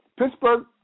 Pittsburgh